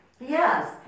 Yes